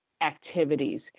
activities